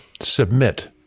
submit